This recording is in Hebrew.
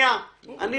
לא